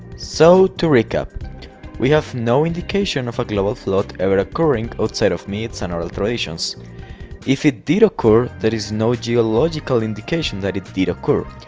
so to recap we have no indication of a global flood ever occurring outside of myths and oral traditions if it did occur there is no geological indication that it did occur,